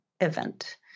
event